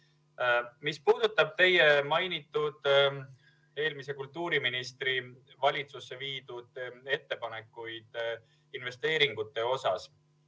puudutab teie mainitud eelmise kultuuriministri valitsusse viidud ettepanekuid investeeringute osas,